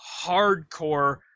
hardcore